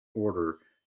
order